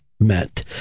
meant